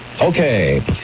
okay